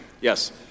Yes